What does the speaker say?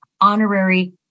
honorary